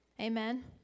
Amen